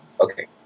Okay